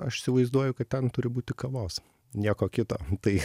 aš įsivaizduoju kad ten turi būti kavos nieko kito tai